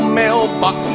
mailbox